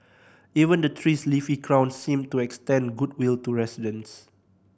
even the tree's leafy crown seemed to extend goodwill to residents